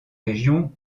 régions